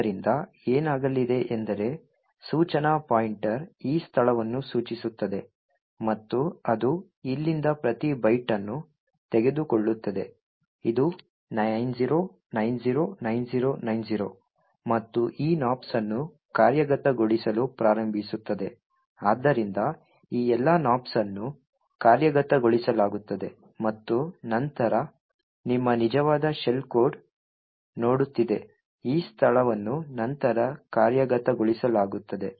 ಆದ್ದರಿಂದ ಏನಾಗಲಿದೆ ಎಂದರೆ ಸೂಚನಾ ಪಾಯಿಂಟರ್ ಈ ಸ್ಥಳವನ್ನು ಸೂಚಿಸುತ್ತದೆ ಮತ್ತು ಅದು ಇಲ್ಲಿಂದ ಪ್ರತಿ ಬೈಟ್ ಅನ್ನು ತೆಗೆದುಕೊಳ್ಳುತ್ತದೆ ಇದು 90909090 ಮತ್ತು ಈ nops ಅನ್ನು ಕಾರ್ಯಗತಗೊಳಿಸಲು ಪ್ರಾರಂಭಿಸುತ್ತದೆ ಆದ್ದರಿಂದ ಈ ಎಲ್ಲಾ nops ಅನ್ನು ಕಾರ್ಯಗತಗೊಳಿಸಲಾಗುತ್ತದೆ ಮತ್ತು ನಂತರ ನಿಮ್ಮ ನಿಜವಾದ ಶೆಲ್ ಕೋಡ್ ನೋಡುತ್ತಿದೆ ಈ ಸ್ಥಳವನ್ನು ನಂತರ ಕಾರ್ಯಗತಗೊಳಿಸಲಾಗುತ್ತದೆ